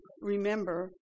remember